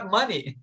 money